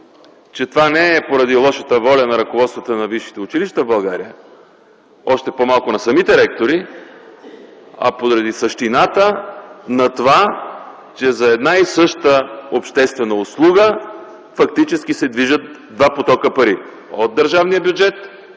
че това не е поради лошата воля на ръководството на висшите училища в България, още по-малко на самите ректори, а поради същината на това, че за една и съща обществена услуга фактически се движат два потока пари – от държавния бюджет